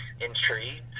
intrigued